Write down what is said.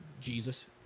jesus